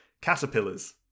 Caterpillars